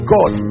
God